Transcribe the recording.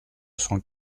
cent